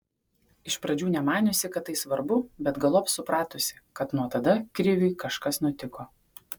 iš pradžių nemaniusi kad tai svarbu bet galop supratusi kad nuo tada kriviui kažkas nutiko